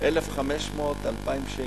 1,500 2,000 שקל.